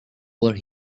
where